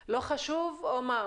לא חשוב או מה?